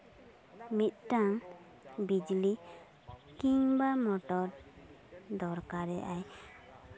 ᱢᱤᱫᱴᱟᱱ ᱵᱤᱡᱽᱞᱤ ᱠᱤᱢᱵᱟ ᱢᱚᱴᱚᱨ ᱫᱚᱨᱠᱟᱨᱮᱜ ᱟᱭ